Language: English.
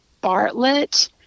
Bartlett